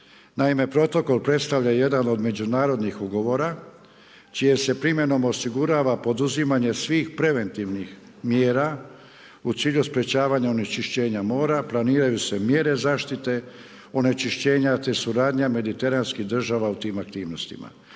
Naime, protokol predstavlja jedan od međunarodnih ugovora čijom se primjenom osigurava poduzimanje svih preventivnih mjera u cilju sprečavanja onečišćenja mora, planiraju se mjere zaštite onečišćenja te suradnja mediteranskih država u tim aktivnostima,